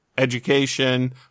Education